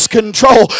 control